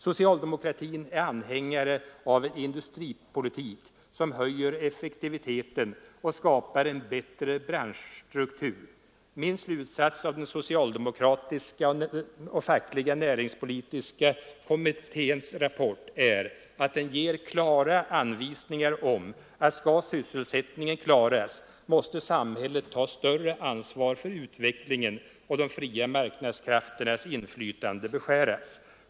Socialdemokratin är anhängare av en industripolitik som höjer effektiviteten och skapar en bättre branschstruktur. Min slutsats av den socialdemokratiska och fackliga näringspolitiska kommitténs rapport är att den ger klara anvisningar om att skall sysselsättningen klaras måste samhället ta större ansvar för utvecklingen och de fria arbetsmarknadskrafternas inflytande beskäras.